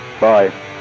Bye